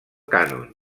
cànon